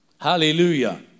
Hallelujah